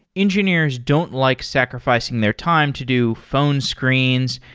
engineers don't like sacrificing their time to do phone screens,